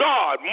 God